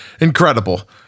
incredible